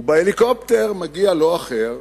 ובהליקופטר מגיע לא אחר